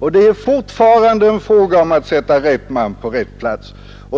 Och det är fortfarande en fråga om att sätta rätt man på rätt plats.